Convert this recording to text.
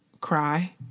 cry